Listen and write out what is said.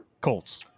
Colts